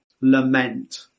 lament